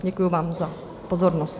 Děkuji vám za pozornost.